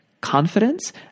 confidence